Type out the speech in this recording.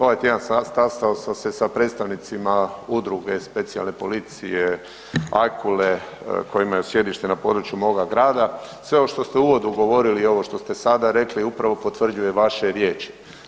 Ovaj tjedan sastao sam se sa predstavnicima Udruge specijalne policije Ajkule kojima je sjedište na području moga grada, sve ovo što ste u uvodu govorili i ovo što ste sada rekli upravo potvrđuje vaše riječi.